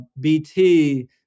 BT